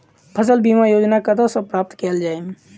फसल बीमा योजना कतह सऽ प्राप्त कैल जाए?